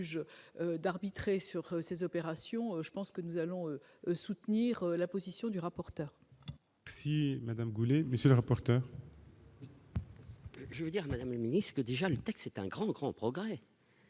Je veux dire Madame le Ministre, que déjà une taxe est un grand, grand progrès